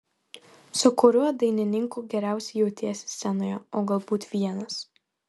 su kuriuo dainininku geriausiai jautiesi scenoje o galbūt vienas